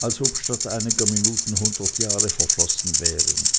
als ob statt einiger minuten hundert jahre verflossen wären